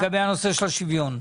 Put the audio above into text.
לגבי הנושא של השוויון.